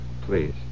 please